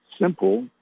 simple